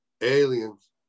aliens